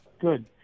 good